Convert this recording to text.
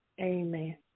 amen